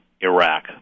iraq